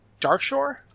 Darkshore